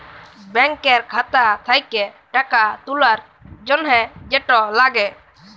ব্যাংকের খাতা থ্যাকে টাকা তুলার জ্যনহে যেট লাগে